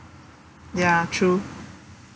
ya true